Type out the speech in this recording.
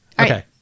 Okay